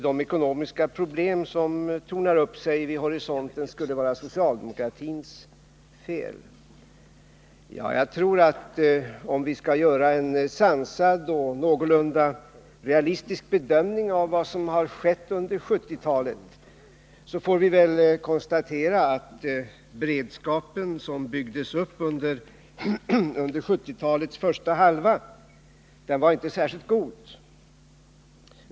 Det skulle vara socialdemokratins fel att ekonomiska problem tornar upp sig vid horisonten. Om vi skall göra en sansad och någorlunda realistisk bedömning av vad som har skett under 1970-talet får vi väl konstatera att den beredskap som byggdes upp under 1970-talets första halva inte var särskilt god.